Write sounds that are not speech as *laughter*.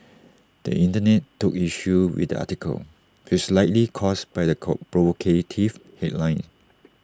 the Internet took issue with the article which likely caused by the *unintelligible* provocative headline